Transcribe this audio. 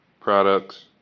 products